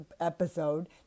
episode